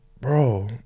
Bro